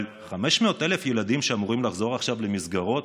אבל 500,000 ילדים שאמורים לחזור עכשיו למסגרות,